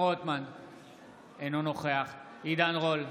אינו נוכח עידן רול,